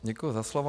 Děkuji za slovo.